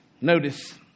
Notice